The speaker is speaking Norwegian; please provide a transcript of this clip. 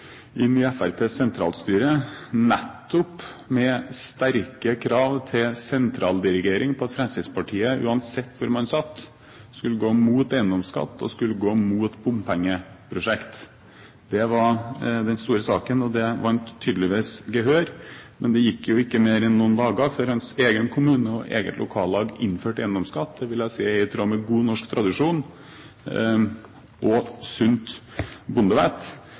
inn i Fremskrittspartiets sentralstyre nettopp med sterke krav til sentraldirigering på at Fremskrittspartiet – uansett hvor man satt – skulle gå imot eiendomsskatt, og skulle gå imot bompengeprosjekter. Det var den store saken, og det vant tydeligvis gehør. Men det gikk jo ikke mer enn noen dager før hans egen kommune og eget lokallag innførte eiendomsskatt. Det vil jeg si er i tråd med god norsk tradisjon og sunt bondevett,